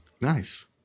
Nice